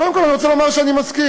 קודם כול, אני רוצה לומר שאני מסכים.